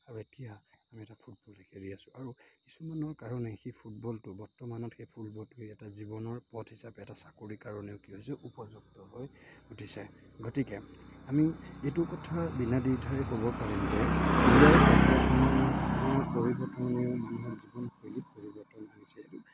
আৰু এতিয়া আমি এটা ফুটবল খেলি আছোঁ আৰু কিছুমানৰ কাৰণে সেই ফুটবলটো বৰ্তমানত সেই ফুটবলটোৱেই এটা জীৱনৰ পথ হিচাপে এটা চাকৰিৰ কাৰণেও কি হৈছে উপযুক্ত হৈ উঠিছে গতিকে আমি এইটো কথা বিনাদ্বিধাই ক'ব পাৰিম যে পৰিৱৰ্তনেও মানুহৰ জীৱনশৈলী পৰিৱৰ্তন আনিছে এইটো